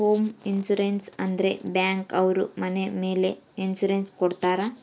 home insurance ಅಂದ್ರೆ bank ಅವ್ರು ಮನೆ ಮೇಲೆ ಇನ್ಸೂರೆನ್ಸ್ ಕೊಡ್ತಾರ